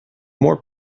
more